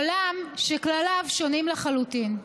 עולם שכלליו שונים לחלוטין.